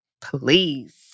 please